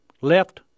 left